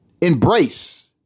Embrace